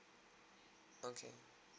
okay